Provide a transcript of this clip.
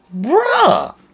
bruh